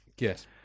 Yes